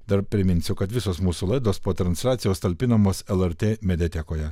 dar priminsiu kad visos mūsų laidos po transliacijos talpinamos lrt mediatekoje